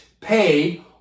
pay